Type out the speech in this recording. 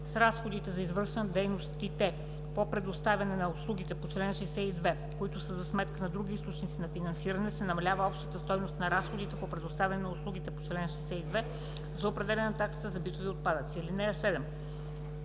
С разходите за извършване на дейностите по предоставяне на услугите по чл. 62, които са за сметка на други източници на финансиране, се намалява общата стойност на разходите по предоставяне на услугите по чл. 62 за определяне на таксата за битови отпадъци.